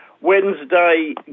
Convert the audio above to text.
Wednesday